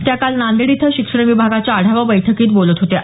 त्या काल नांदेड इथं शिक्षण विभागाच्या आढावा बैठकीत बोलत होत्या